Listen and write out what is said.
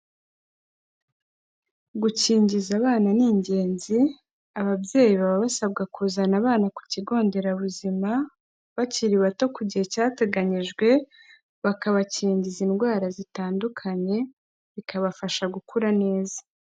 Gukingiza abana ni ingenzi, ababyeyi baba basabwa kuzana abana ku kigo nderabuzima bakiri bato ku gihe cyateganyijwe, bakabakingiza indwara zitandukanye, bikabafasha gukura neza.